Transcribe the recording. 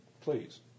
Please